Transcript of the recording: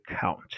count